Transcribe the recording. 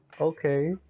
okay